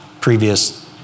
previous